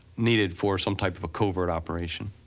needed for some type of a covert operation.